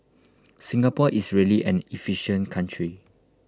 Singapore is really an efficient country